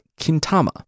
Kintama